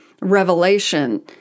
Revelation